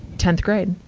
tenth grade.